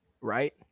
right